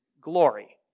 glory